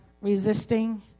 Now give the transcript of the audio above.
resisting